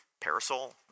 Parasol